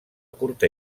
curta